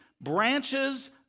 branches